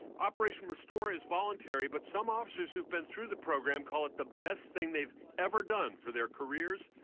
operation restore is voluntary but some officers who have been through the program call it the best thing they've ever done for their careers,